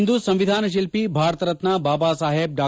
ಇಂದು ಸಂವಿಧಾನ ಶಿಲ್ಲಿ ಭಾರತ ರತ್ನ ಬಾಬಾ ಸಾಹೇಬ್ ಡಾ